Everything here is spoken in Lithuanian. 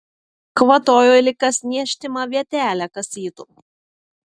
kvatojo lyg kas niežtimą vietelę kasytų